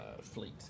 fleet